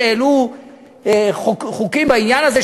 שהעלו חוקים בעניין הזה,